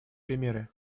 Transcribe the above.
примеры